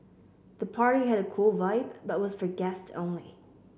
the party had a cool vibe but was for guests only